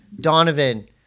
donovan